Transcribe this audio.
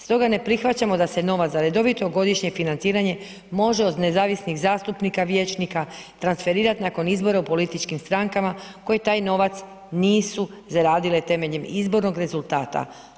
Stoga ne prihvaćamo da se novac za redovito godišnje financiranje može od nezavisnih zastupnika vijećnika transferirati nakon izbora u političkim strankama koje taj novac nisu zaradile temeljem izbornog rezultata.